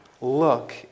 Look